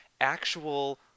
actual